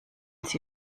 sie